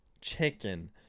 chicken